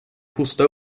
hosta